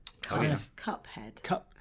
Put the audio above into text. Cuphead